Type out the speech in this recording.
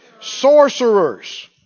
Sorcerers